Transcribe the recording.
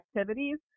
activities